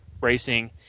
Racing